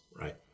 Right